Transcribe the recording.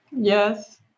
Yes